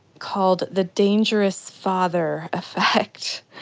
called the dangerous father effect.